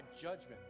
judgment